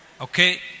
Okay